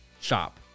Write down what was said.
shop